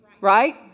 Right